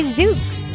Zooks